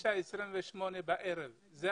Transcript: בחיי.